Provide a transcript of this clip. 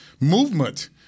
movement